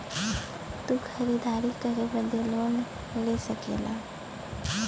तू खरीदारी करे बदे लोन ले सकला